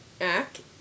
Act